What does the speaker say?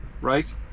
right